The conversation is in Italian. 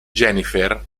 jennifer